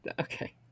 Okay